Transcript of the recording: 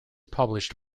published